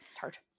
Tart